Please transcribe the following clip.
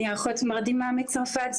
אחות מרדימה מצרפת,